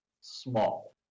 small